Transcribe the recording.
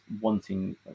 wanting